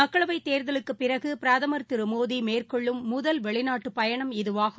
மக்களவைத் தேர்தலுக்குபிறகுபிரதமர் திருமோடி மேற்கொள்ளும் முதல் வெளிநாட்டுபயணம் இதுவாகும்